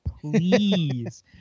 Please